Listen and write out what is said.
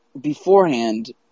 beforehand